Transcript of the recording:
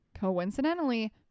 coincidentally